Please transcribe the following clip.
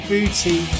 Booty